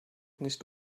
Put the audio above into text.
nicht